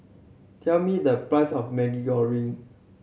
tell me the price of Maggi Goreng